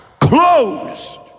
closed